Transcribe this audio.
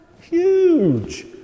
Huge